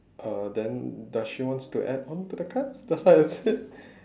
uh then does she want to add on to the card that's what I said